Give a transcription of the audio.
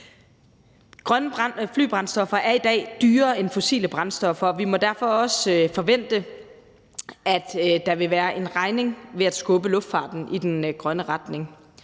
Grønne flybrændstoffer er i dag dyrere end fossile brændstoffer, og vi må derfor også forvente, at der vil være en regning ved at skubbe luftfarten i den grønne retning.